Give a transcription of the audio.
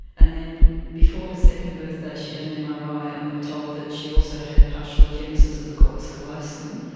and then before her second birthday she had an um ah mri ah and we were told that she also had partial agenesis of the corpus callosum,